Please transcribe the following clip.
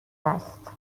است